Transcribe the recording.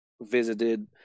visited